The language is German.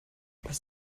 was